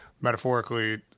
metaphorically